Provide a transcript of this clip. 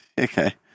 Okay